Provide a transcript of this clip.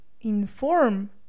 inform